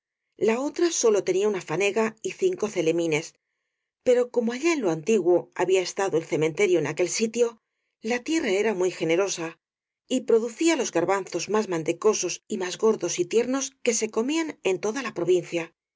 la otra sólo tenía una fanega y cinco celemines pero como allá en lo antiguo había estado el ce menterio en aquel sitio la tierra era muy generosa y producía los garbanzos más mantecosos y más gordos y tiernos que se comían en toda la provin